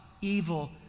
evil